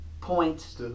point